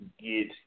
get